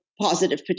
positive